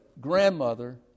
grandmother